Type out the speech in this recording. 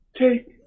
take